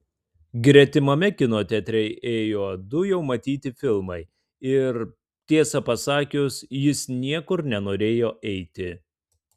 gretimame kino teatre ėjo du jau matyti filmai ir tiesą pasakius jis niekur nenorėjo eiti